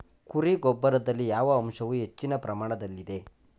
ಕುರಿ ಗೊಬ್ಬರದಲ್ಲಿ ಯಾವ ಅಂಶವು ಹೆಚ್ಚಿನ ಪ್ರಮಾಣದಲ್ಲಿದೆ?